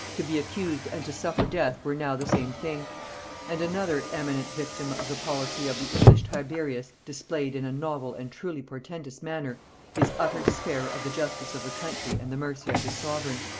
to be accused and to suffer death were now the same thing and another eminent victim of the policy of the english tiberius displayed in a novel and truly portentous manner his utter despair of the justice of the country and the mercy of his sovereign.